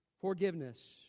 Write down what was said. forgiveness